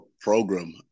program